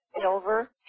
silver